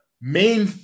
main